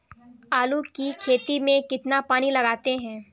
आलू की खेती में कितना पानी लगाते हैं?